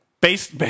based